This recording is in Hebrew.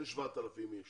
היו 7,000 אנשים